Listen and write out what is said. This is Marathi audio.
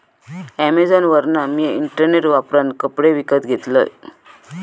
अॅमेझॉनवरना मिया इंटरनेट वापरान कपडे विकत घेतलंय